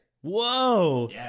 Whoa